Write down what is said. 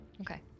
Okay